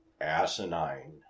asinine